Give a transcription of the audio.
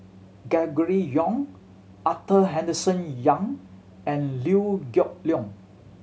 Gregory Yong Arthur Henderson Young and Liew Geok Leong